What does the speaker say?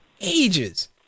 ages